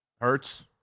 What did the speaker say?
Hurts